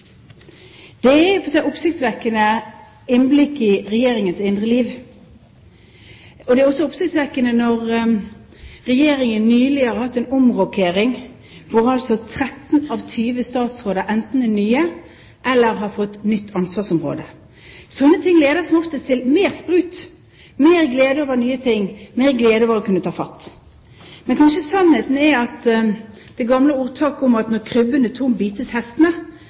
Det er et i og for seg oppsiktsvekkende innblikk i Regjeringens indre liv. Det er også oppsiktsvekkende når Regjeringen nylig har hatt en omrokering hvor 13 av 20 statsråder enten er nye eller har fått nytt ansvarsområde. Slike ting leder som oftest til mer sprut, mer glede over nye ting, mer glede over å kunne ta fatt. Men kanskje sannheten er at det gamle ordtaket om at når krybben er tom, bites hestene,